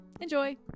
enjoy